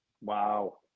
Wow